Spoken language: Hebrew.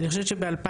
אני חושבת שב-2018